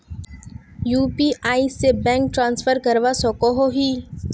UPI से bank transfer करवा सकोहो ही?